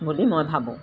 বুলি মই ভাবোঁ